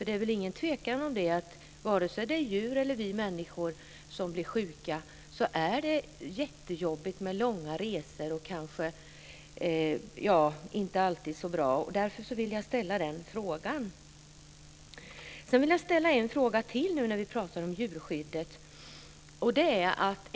Det är väl ingen tvekan om att det är jättejobbigt med långa resor, oavsett om det är djur eller människor som blir sjuka, och det är kanske inte alltid så bra. Därför vill jag ställa den frågan. Sedan vill jag ställa en fråga till när vi pratar om djurskyddet.